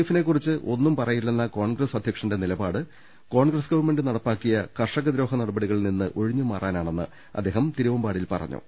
എഫിനെക്കുറിച്ച് ഒന്നും പറയില്ലെന്ന കോൺഗ്രസ് അധ്യക്ഷന്റെ നിലപാട് കോൺഗ്രസ് ഗവൺമെന്റ് നടപ്പാക്കിയ കർഷകദ്രോഹ നടപടികളിൽനിന്ന് ഒഴിഞ്ഞുമാറാനാണെന്ന് അദ്ദേഹം തിരുവമ്പാടിയിൽ പറഞ്ഞു